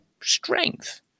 strength